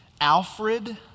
Alfred